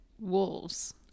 wolves